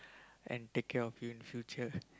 and take care of you in future